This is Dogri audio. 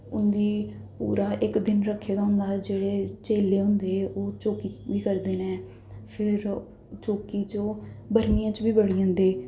पूरी उं'दा इक दिन रक्खे दा होंदा जि'यां चेल्ले होंदे न ओह् चौक्की करदे न फिर चौक्की च ओह् बरमियैं च बी बड़ी जंदे